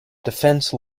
defense